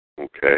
Okay